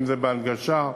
אם בהנגשה,